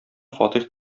фатих